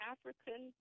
African